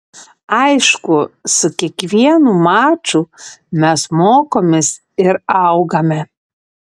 aišku su kiekvienu maču mes mokomės ir augame